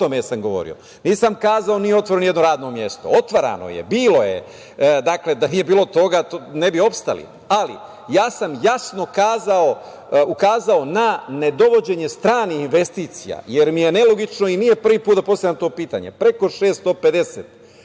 O tome sam govorio. Nisam kazao da nije otvoreno ni jedno radno mesto. Otvarano je, bilo je. Dakle, da nije bilo toga, mi ne bi opstali. Ali, ja sam jasno ukazao na ne dovođenje stranih investicija, jer mi je nelogično i nije prvi put da postavljam to pitanje, preko 650 investicija